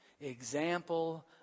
example